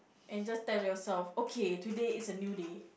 and just tell yourself okay today is a new day